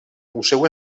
museu